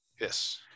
Yes